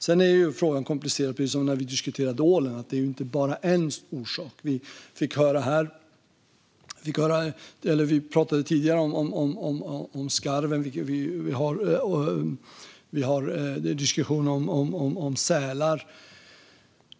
Sedan är frågan komplicerad; precis som när det gäller ålen är det så att det inte finns bara en orsak. Vi pratade tidigare om skarven, och vi har diskussionen om sälar.